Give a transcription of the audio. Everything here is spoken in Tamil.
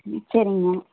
சரிங்க மேம்